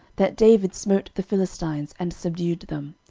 that david smote the philistines, and subdued them,